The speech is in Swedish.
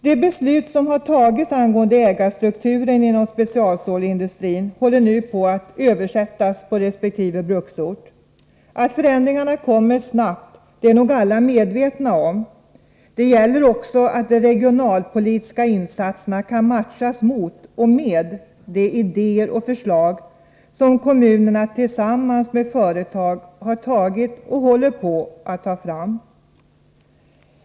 De beslut som tagits angående ägarstrukturen inom specialstålsindustrin håller nu på att ”översättas” på resp. bruksort. Att förändringarna kommer snabbt är nog alla medvetna om: Det gäller också att de regionalpolitiska insatserna kan matchas mot och med de idéer och förslag som kommunerna tillsammans med företag har tagit och håller på att ta fram.